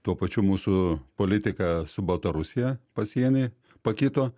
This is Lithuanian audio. tuo pačiu mūsų politika su baltarusija pasieny pakito